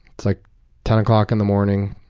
it's like ten o'clock in the morning.